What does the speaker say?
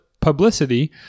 publicity